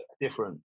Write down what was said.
different